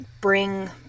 bring